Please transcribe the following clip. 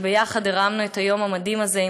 שיחד הרמנו את היום המדהים הזה,